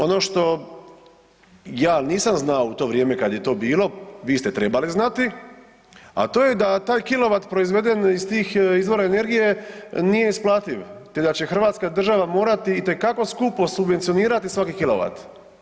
Ono što ja nisam znao u to vrijeme kad je to bilo, vi ste trebali znati, a to je da taj kilovat proizveden iz tih izvora energije nije isplativ, te da će hrvatska država morati itekako skupo subvencionirati svaki kilovat.